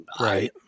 right